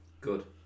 Good